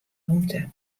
rûmte